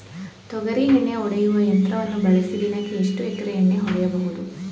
ತೊಗರಿ ಎಣ್ಣೆ ಹೊಡೆಯುವ ಯಂತ್ರವನ್ನು ಬಳಸಿ ದಿನಕ್ಕೆ ಎಷ್ಟು ಎಕರೆ ಎಣ್ಣೆ ಹೊಡೆಯಬಹುದು?